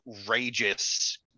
outrageous